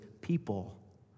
people